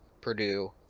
Purdue